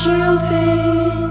Cupid